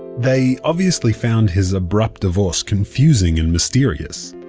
they obviously found his abrupt divorce confusing and mysterious.